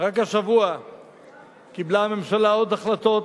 רק השבוע קיבלה הממשלה עוד החלטות